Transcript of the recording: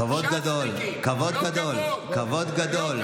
כבוד גדול, כבוד גדול.